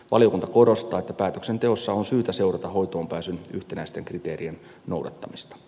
valiokunta korostaa että päätöksenteossa on syytä seurata hoitoonpääsyn yhtenäisten kriteerien noudattamista